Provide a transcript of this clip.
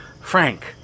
Frank